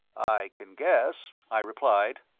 i can guess, i replied.